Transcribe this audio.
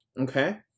Okay